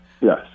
yes